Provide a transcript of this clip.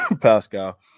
pascal